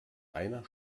einer